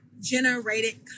generated